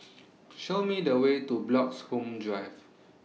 Show Me The Way to Bloxhome Drive